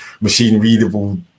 machine-readable